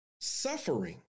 Suffering